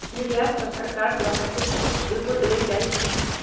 निर्यात पर सरकार द्वारा कुछ छूट सेहो देल जाइ छै